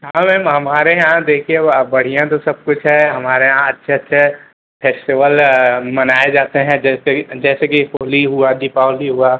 हाँ मैम हमारे यहाँ देखिए बढ़िया तो सब कुछ है हमारे यहाँ अच्छे अच्छे फेस्टिवल मनाए जाते हैं जैसे जैसे कि होली हुआ दीपावली हुआ